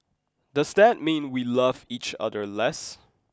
does that mean we love each other less